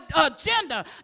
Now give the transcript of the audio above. agenda